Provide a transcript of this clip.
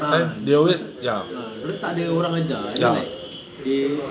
a'ah tu pasal ah dorang tak ada orang ajar I mean like they